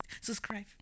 subscribe